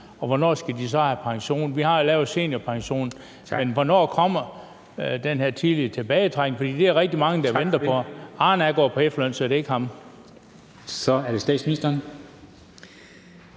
og hvornår skal de så have pension? Vi har jo lavet seniorpension, men hvornår kommer den her tidlige tilbagetrækning, for det er der rigtig mange der venter på? Arne er gået på efterløn, så det er ikke ham. Kl. 00:12 Formanden